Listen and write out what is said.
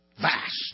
vast